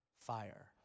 fire